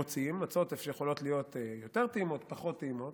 רוצים, מצות יכולות יותר טעימות, פחות טעימות,